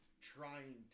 trying